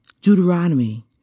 Deuteronomy